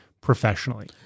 professionally